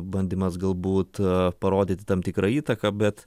bandymas galbūt parodyti tam tikrą įtaką bet